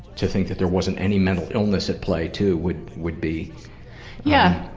to think that there wasn't any mental illness at play too would would be yeah